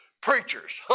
Preachers